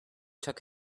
took